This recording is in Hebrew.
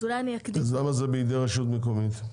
אז למה זה בידי רשות מקומית?